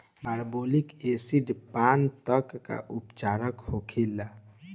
Carbolic acid पान तब का उपचार होखेला?